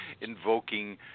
invoking